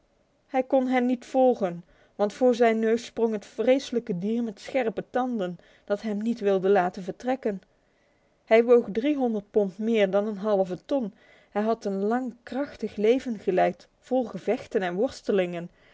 hij kon hen niet volgen want voor zijn neusproghtvlijkdemschrptan d hem niet wilde laten vertrekken hij woog driehonderd pond meer dan een halve ton hij had een lang krachtig leven geleid vol gevechten en worstelingen